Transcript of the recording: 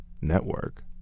network